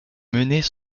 menées